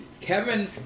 Kevin